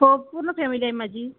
हो पूर्ण फॅमिली आहे माझी